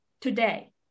today